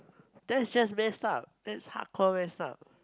that's just messed up that's hardcore messed up